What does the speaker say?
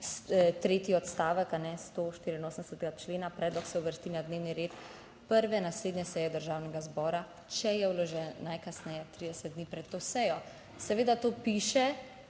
tretji odstavek 184. člena, predlog se uvrsti na dnevni red prve naslednje seje Državnega zbora, če je vložen najkasneje 30 dni pred to sejo. Seveda to piše.